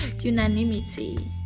unanimity